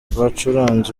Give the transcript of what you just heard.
bacuranze